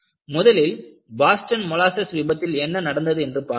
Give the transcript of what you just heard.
முதலில் Boston molasses விபத்தில் என்ன நடந்தது என்று பார்ப்போம்